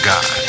God